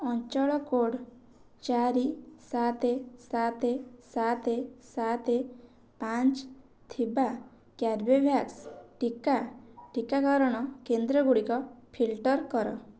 ଅଞ୍ଚଳ କୋଡ଼୍ ଚାରି ସାତ ସାତ ସାତ ସାତ ପାଞ୍ଚ ଥିବା କର୍ବେଭ୍ୟାକ୍ସ ଟିକା ଟିକାକରଣ କେନ୍ଦ୍ରଗୁଡ଼ିକ ଫିଲ୍ଟର କର